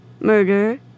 murder